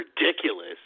ridiculous